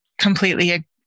completely